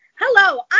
hello